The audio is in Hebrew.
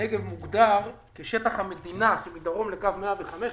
מוגדר כשטח המדינה מדרום לקו 115,